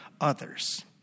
others